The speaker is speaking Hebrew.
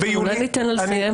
אולי ניתן לה לסיים,